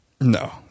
No